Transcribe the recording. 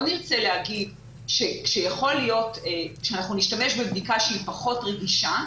נרצה להגיד שיכול להיות שנשתמש בבדיקה שהיא פחות רגישה,